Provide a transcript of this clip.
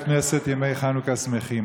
ימי חנוכה שמחים.